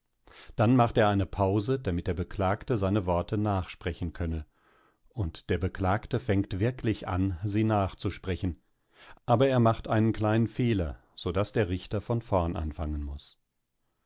dann macht er eine pause damit der beklagte seine worte nachsprechen könne und der beklagte fängt wirklich an sie nachzusprechen aber er macht einen kleinen fehler so daß der richter von vorn anfangen muß